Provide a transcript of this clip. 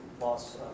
loss